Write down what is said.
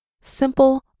simple